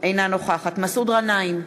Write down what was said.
אינה נוכחת מסעוד גנאים,